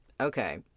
Okay